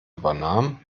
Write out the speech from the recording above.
übernahm